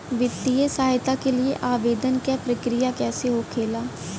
वित्तीय सहायता के लिए आवेदन क प्रक्रिया कैसे होखेला?